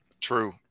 True